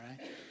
right